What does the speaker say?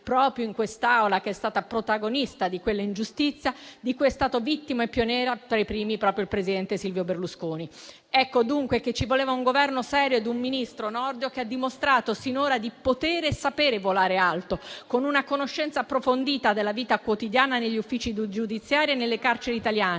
proprio in quest'Aula) che è stata protagonista di quella ingiustizia di cui è stato vittima e pioniere, tra i primi, proprio il presidente Silvio Berlusconi. Ci volevano dunque un Governo serio e un Ministro come il ministro Nordio, che ha dimostrato finora di potere e sapere volare alto, con una conoscenza approfondita della vita quotidiana negli uffici giudiziari e nelle carceri italiane,